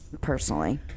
personally